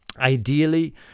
Ideally